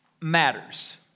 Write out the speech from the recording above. matters